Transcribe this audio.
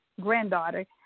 granddaughter